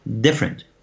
different